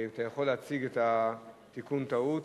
אתה יכול להציג את תיקון הטעות,